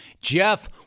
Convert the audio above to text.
Jeff